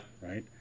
Right